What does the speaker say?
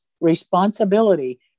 responsibility